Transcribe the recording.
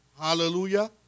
Hallelujah